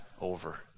over